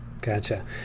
Gotcha